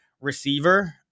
receiver